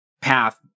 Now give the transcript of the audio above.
path